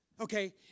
Okay